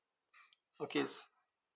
okays